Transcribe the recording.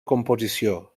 composició